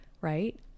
right